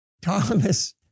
Thomas